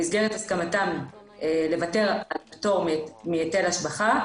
במסגרת הסכמתם לוותר על פטור מהיטל השבחה